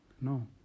No